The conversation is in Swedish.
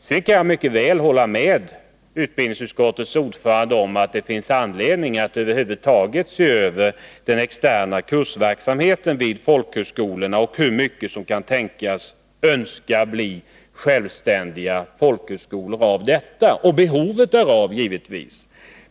Sedan kan jag mycket väl hålla med utbildningsutskottets ordförande om att det finns anledning att över huvud taget se över den externa kursverksamheten vid folkhögskolorna och se hur mycket av detta som kan förutsättas önska bli självständiga folkhögskolor. Man bör naturligtvis även se över behovet därav.